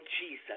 Jesus